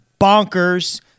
bonkers